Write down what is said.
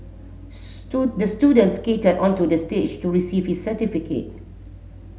the student skated onto the stage to receive his certificate